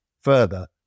further